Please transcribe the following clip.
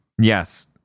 Yes